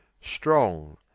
strong